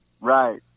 Right